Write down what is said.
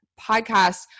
podcast